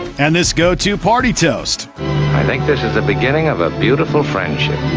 and this go-to party toast i think this is the beginning of a beautiful friendship.